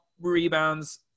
rebounds